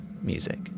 music